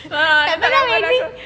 tak lah ku rasa